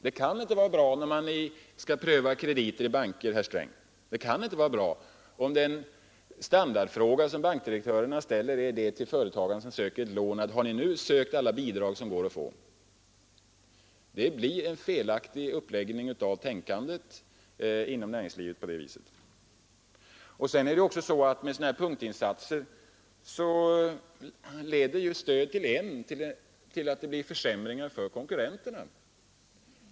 Det kan ju inte vara bra när man skall pröva krediter i banker, herr Sträng! Det kan inte vara bra, om den standardfråga bankdirektörerna ställer till de företagare som söker lån är: Har ni nu sökt alla bidrag som går att få? Det blir därigenom en felaktig uppläggning av det ekonomiska tänkandet inom näringslivet. Sådana punktinsatser leder vidare till försämringar för konkurrenterna.